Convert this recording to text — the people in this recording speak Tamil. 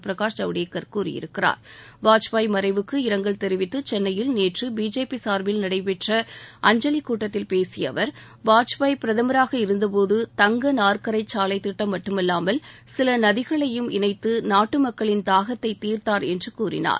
பிரகாஷ் ஜவ்டேகர் கூறியிருக்கிறார வாஜ்பாய் மறைவுக்கு இரங்கல் தெரிவித்து சென்னையில் நேற்று பிஜேபி சார்பில் நடைபெற்ற அஞ்சலிக் கூட்டத்தில் பேசிய அவர் வாஜ்பாய் பிரதமராக இருந்தபோது தங்க நாற்கரச் சாலைத் திட்டம் மட்டுமல்லாமல் சில நதிகளையும் இணைத்து நாட்டு மக்களின் தாகத்தை தீர்த்தார் என்று கூறினார்